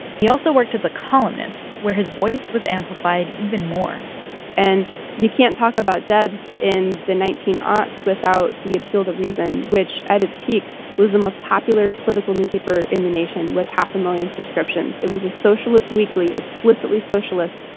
he also worked as a columnist, where his voice was amplified even more and you can't talk about debs in the nineteen aughts without the appeal to reason, which at its peak was the most popular political newspaper in the nation, nation, with half a million subscriptions. it was a socialist weekly, explicitly socialist,